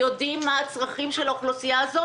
יודעים מה הצרכים של האוכלוסייה הזאת